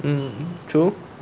mm true